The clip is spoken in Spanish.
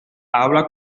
habla